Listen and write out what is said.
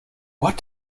what